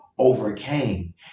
Overcame